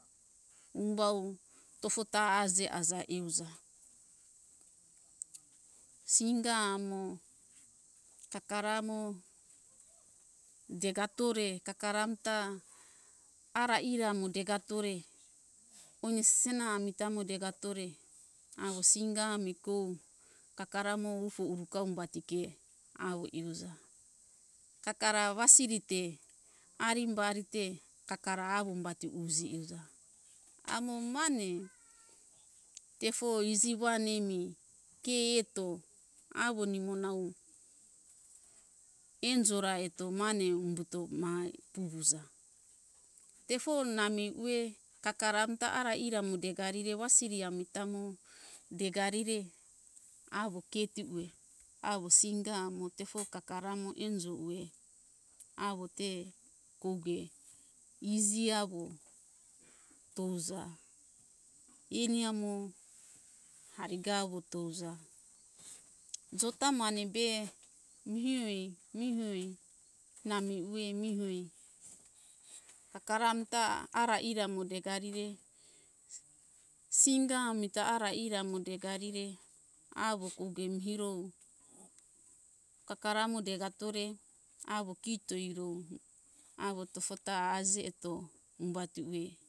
Umbau tofota aje aja euja singa amo kakara mo degatore kakara amta ara ira mo degatore one sisena amita mo degatore awo singa ami kou kakara mo ufu uruka umbatike awo ihuza kakara wasiri te arimbari te kakara awo umbati uji iuja amo mane fefo iji wan imi ke eto awo nimo nau enjo ra eto mane umbuto ma puvuza tefo nami uwe kakara amta ara ira mo degarire wasiri amita mo degarire awo keti uwe awo singa amo tefo kakara mo enjo uwe awo te kouge iji awo touza eni amo ariga awo touza jo ta mane be mihioi mi hoi nami uwe mi hoi kakara amita ara ira mo degarire singa amita ara ira mo degarire awo kouge mi hirou kakara mo degatore awo kito hirou awo tofota aze eto umbati uwe